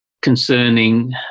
concerning